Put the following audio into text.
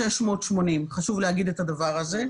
1,680. חשוב להגיד את הדבר הזה.